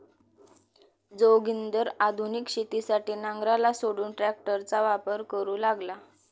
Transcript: जोगिंदर आधुनिक शेतीसाठी नांगराला सोडून ट्रॅक्टरचा वापर करू लागला